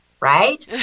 Right